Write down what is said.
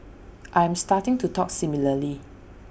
I am starting to talk similarly